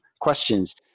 questions